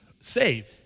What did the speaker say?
saved